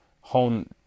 hone